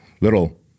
little